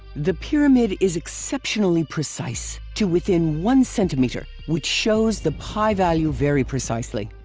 the pyramid is exceptionally precise, to within one centimeter, which shows the pi value very precisely.